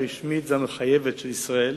הרשמית והמחייבת של ישראל.